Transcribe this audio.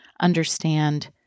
understand